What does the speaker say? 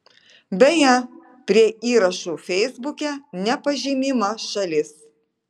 beje prie įrašų feisbuke nepažymima šalis